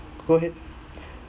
go ahead